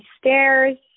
stairs